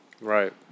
Right